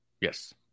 Yes